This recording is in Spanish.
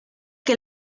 que